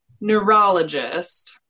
neurologist